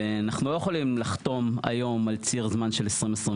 ואנחנו לא יכולים לחתום היום על ציר זמן של 2029,